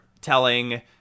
telling